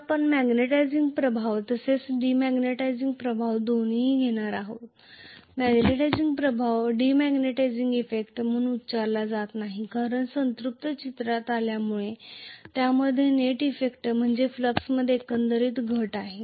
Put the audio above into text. तर आपण मॅग्नेटिझिंग प्रभाव तसेच डिमॅग्नेटीझिंग प्रभाव दोन्ही घेणार आहोत मॅग्नेटिझिंग प्रभाव डेमॅग्नेटीझिंग इफेक्ट म्हणून उच्चारला जात नाही कारण संतृप्ति चित्रात आल्यामुळे त्यामुळे नेट इफेक्ट म्हणजे फ्लक्समध्ये एकंदर घट आहे